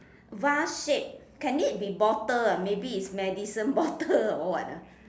vase shape can it be bottle maybe it's medicine bottle or what ah